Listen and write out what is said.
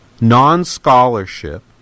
non-scholarship